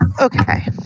Okay